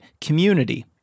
community